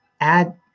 add